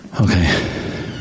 Okay